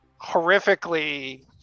horrifically